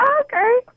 Okay